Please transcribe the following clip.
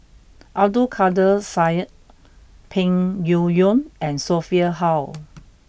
Abdul Kadir Syed Peng Yuyun and Sophia Hull